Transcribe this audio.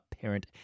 parent